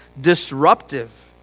disruptive